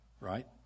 right